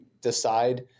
decide